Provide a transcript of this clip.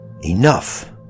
Enough